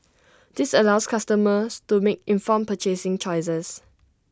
this allows customers to make informed purchasing choices